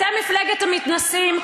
אתם מפלגת המתנשאים.